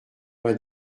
vingt